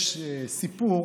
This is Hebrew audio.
יש סיפור